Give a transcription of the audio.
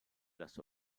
las